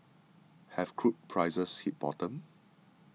have crude prices hit bottom